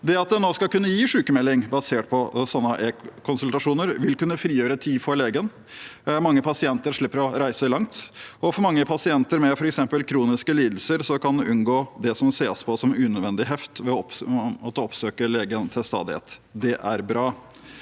Det at en nå skal kunne gi sykmelding basert på slike e-konsultasjoner, vil kunne frigjøre tid for legen, mange pasienter slipper å reise langt, og mange pasienter med f.eks. kroniske lidelser kan unngå det som ses på som unødvendig heft ved å måtte oppsøke legen til stadighet. Det er bra.